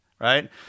right